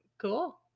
Cool